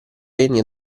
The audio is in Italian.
reni